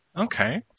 Okay